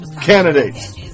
candidates